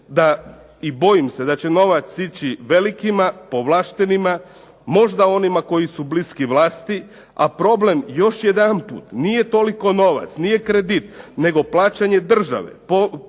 i bojim se da će novac ići velikima, povlaštenima, možda onima koji su bliski vlasti, a problem još jedanput nije toliko novac, nije kredit nego plaćanje države.